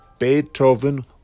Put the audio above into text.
Beethoven